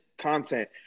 content